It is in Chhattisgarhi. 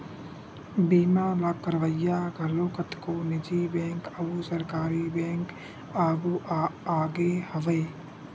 बीमा ल करवइया घलो कतको निजी बेंक अउ सरकारी बेंक आघु आगे हवय